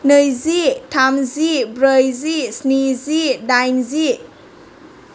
नैजि थामजि ब्रैजि स्निजि दाइनजि